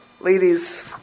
ladies